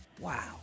Wow